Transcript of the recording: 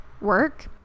work